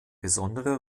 besondere